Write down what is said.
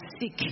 sick